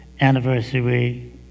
anniversary